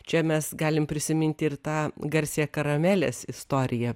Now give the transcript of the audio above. čia mes galim prisiminti ir tą garsią karamelės istoriją